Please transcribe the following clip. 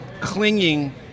clinging